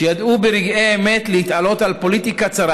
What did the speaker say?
שידעו ברגעי האמת להתעלות על פוליטיקה צרה